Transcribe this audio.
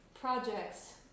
projects